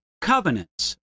covenants